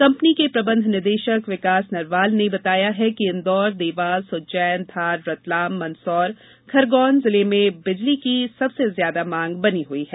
company के प्रबंध निदेशक विकास नरवाल ने बताया कि इंदौर देवास उज्जैन धार रतलाम मंदसौर खरगोन जिले में बिजली की सबसे ज्यादा मांग बनी हई हैं